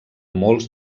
molts